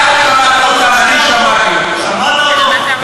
כן, שמעתי אותך.